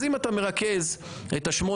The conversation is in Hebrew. אז אם אתה מרכז את ה- 8,